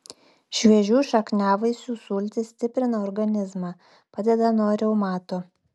šviežių šakniavaisių sultys stiprina organizmą padeda nuo reumato